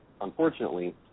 unfortunately